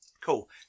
cool